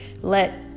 let